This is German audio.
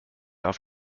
auf